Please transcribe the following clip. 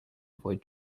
avoid